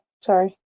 Sorry